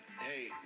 Hey